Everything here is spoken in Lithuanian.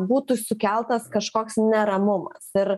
būtų sukeltas kažkoks neramumas ir